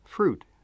Fruit